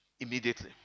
immediately